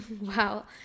Wow